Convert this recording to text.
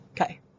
Okay